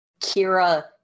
Kira